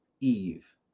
Eve